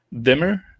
dimmer